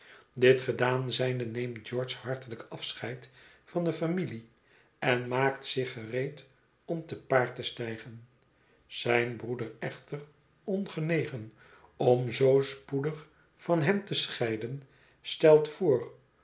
dit gedaan zijnde neemt george hartelijk afscheid van de familie en maakt zich gereed om te paard te stijgen zijn broeder echter ongenegen om zoo spoedig van hem te scheiden stelt voor